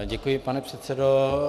Děkuji, pane předsedo.